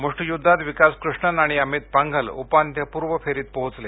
मुष्टियुद्धात विकास कृष्णन आणि अमित पांघल उपांत्यपूर्व फेरीत पोहोचले